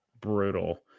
brutal